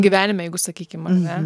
gyvenime jeigu sakykim ar ne